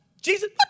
Jesus